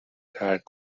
ترک